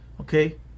Okay